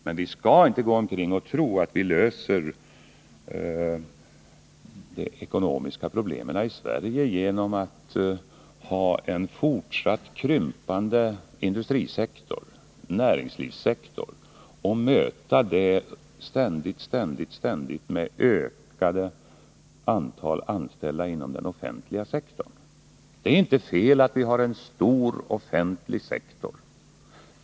Men vi skall inte gå omkring och tro att vi löser de ekonomiska problemen i Sverige genom att ha en fortsatt krympande industrioch näringslivssektor och ständigt möta detta med ett ökat antal anställda inom den offentliga sektorn. Det är inte fel att vi har en stor offentlig sektor.